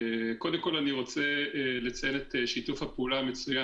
קודם כל אני רוצה לציין את שיתוף הפעולה המצוין